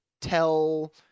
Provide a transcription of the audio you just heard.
tell